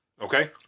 Okay